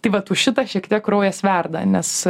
tai vat už šitą šiek tiek kraujas verda nes